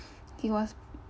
he was